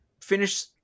finish